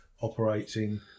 operating